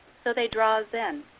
so they draw us in.